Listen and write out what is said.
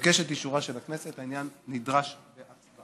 אבקש את אישורה של הכנסת, לעניין נדרשת הצבעה.